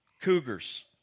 cougars